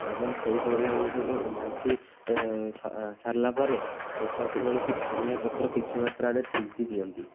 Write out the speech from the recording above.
ଏବଂ ସେଇ ପରିବା ଗୁଡ଼ିକୁ ଘାଣ୍ଟି ସାରିଲା ପରେ ଶେଷବେଳକୁ ଧଣିଆ ପତ୍ର କିଛି ମାତ୍ରାରେ ଛିଞ୍ଚି ଦିଅନ୍ତି